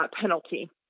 penalty